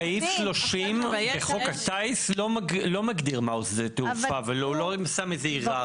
סעיף 30 בחוק הטיס לא מגדיר מהו שדה תעופה ולא שם איזה היררכיה.